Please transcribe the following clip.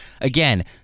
Again